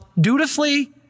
dutifully